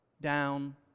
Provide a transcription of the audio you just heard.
down